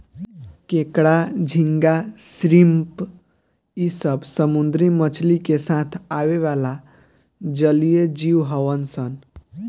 केकड़ा, झींगा, श्रिम्प इ सब समुंद्री मछली के साथ आवेला जलीय जिव हउन सन